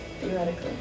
Theoretically